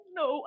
no